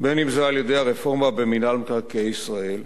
אם על-ידי הרפורמה במינהל מקרקעי ישראל,